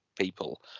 people